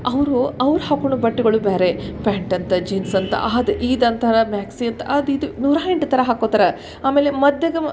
ಅವರು ಅವ್ರು ಹಾಕ್ಕೊಳ್ಳೊ ಬಟ್ಟೆಗಳು ಬೇರೆ ಪ್ಯಾಂಟಂತೆ ಜೀನ್ಸ್ ಅಂತೆ ಅದು ಇದಂತಾರ ಮ್ಯಾಕ್ಸಿ ಅಂತೆ ಅದು ಇದು ನೂರಾ ಎಂಟು ಥರ ಹಾಕ್ಕೋತ್ತಾರ ಆಮೇಲೆ ಮದ್ಯಗ ಮ